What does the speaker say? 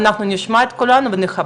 אנחנו נשמע את כולם ונכבד,